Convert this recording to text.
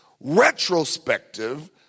retrospective